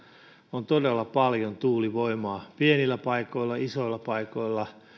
on todella paljon tuulivoimaa pienillä paikoilla isoilla paikoilla